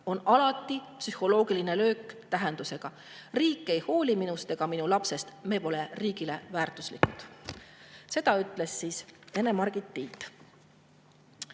on alati psühholoogiline löök tähendusega – riik ei hooli minust ega minu lapsest, me pole riigile väärtuslikud." Seda ütles Ene-Margit Tiit.